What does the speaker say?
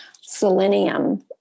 Selenium